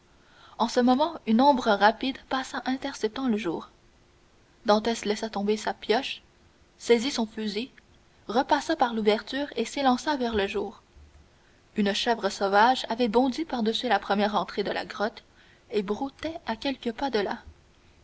en ce moment une ombre rapide passa interceptant le jour dantès laissa tomber sa pioche saisit son fusil repassa par l'ouverture et s'élança vers le jour une chèvre sauvage avait bondi par-dessus la première entrée de la grotte et broutait à quelques pas de là